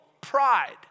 pride